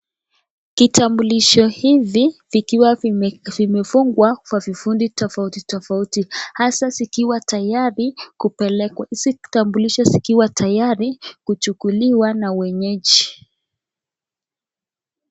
Kitambulisho hivi, vikiwa vime, vimefungwa, kwa vifundi tofauti tofauti, hasa zikiwa tayari, kupelekwa, hizi vitambulisho zikiwa tayari, kuchukuliwa na wenyeji.